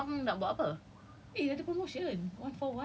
ya but the soft launch abang nak buat apa